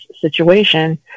situation